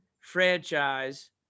franchise